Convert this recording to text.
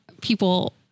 people